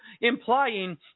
implying